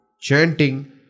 chanting